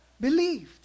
believed